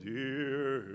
dear